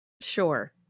Sure